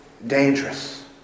dangerous